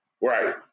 Right